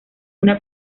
una